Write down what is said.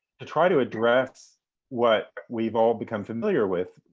to try to address what we've all become familiar with,